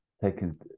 taken